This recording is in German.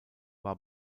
war